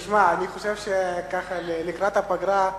אני חושב שלקראת הפגרה,